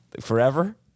forever